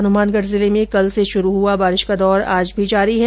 हनुमानगढ़ जिले में कल से शुरू हुआ बारिश का दौर आज भी जारी है